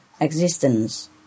existence